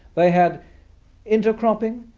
they had intercropping,